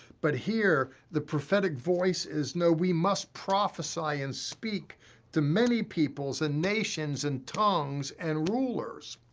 but here the prophetic voice is no, we must prophesy and speak to many peoples and nations and tongues and rulers.